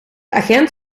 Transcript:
agent